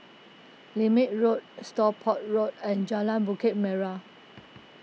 Lermit Road Stockport Road and Jalan Bukit Merah